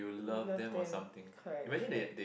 love them correct correct